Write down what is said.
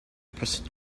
prison